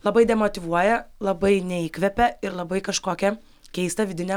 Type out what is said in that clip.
labai demotyvuoja labai neįkvepia ir labai kažkokią keistą vidinę